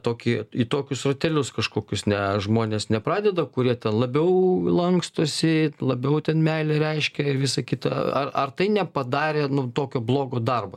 tokį į tokius ratelius kažkokius ne žmonės nepradeda kurie ten labiau lankstosi labiau ten meilę reiškia ir visa kita ar ar tai nepadarė nu tokio blogo darbo